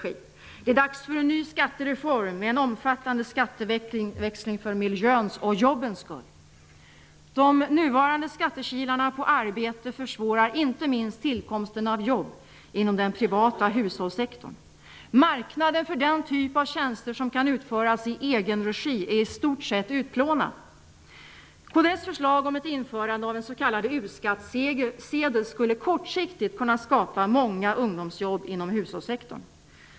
Det är för miljöns och jobbens skull dags för en ny skattereform med en omfattande skatteväxling. De nuvarande skattekilarna för arbete försvårar inte minst tillkomsten av jobb inom den privata hushållssektorn. Marknaden för den typ av tjänster som kan utföras i egenregi är i stort sett utplånad. Kds förslag om ett införande av en s.k. uskattesedel skulle kortsiktigt kunna skapa många ungdomsjobb inom hushållssektorn.